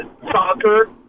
soccer